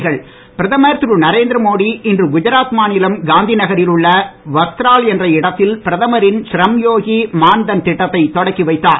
மோடி திட்டம் பிரதமர் திரு நரேந்திரமோடி இன்று குஜராத் மாநிலம் காந்தி நகரில் உள்ள வஸ்த்ரால் என்ற இடத்தில் பிரதமரின் ஷ்ரம்யோகி மான் தன் திட்டத்தை தொடக்கி வைத்தார்